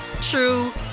true